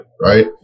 Right